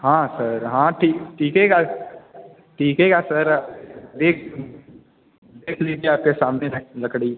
हाँ सर हाँ टिक टिकेगा टिकेगा सर देख देख लिजिए आपके सामने है लकड़ी